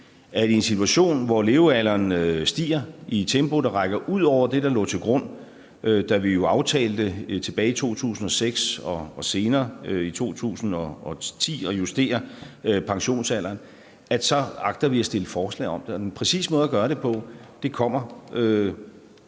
i en situation, hvor levealderen stiger i et tempo, der rækker ud over det, der lå til grund, da vi tilbage i 2006 og senere i 2010 aftalte at justere pensionsalderen, så agter at stille forslag om det, og den præcise måde at gøre det på kommer